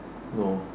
no